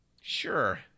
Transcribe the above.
Sure